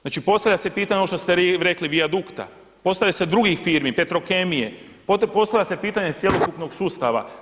Znači postavlja se pitanje ovo što ste rekli Vijadukta, postavlja se drugih firmi, Petrokemije, postavlja se pitanje cjelokupnog sustava.